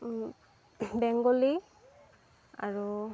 বেংগলী আৰু